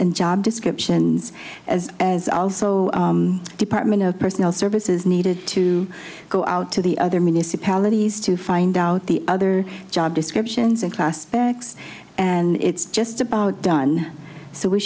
and job descriptions as as also department of personnel services needed to go out to the other municipalities to find out the other job descriptions in class specs and it's just about done so we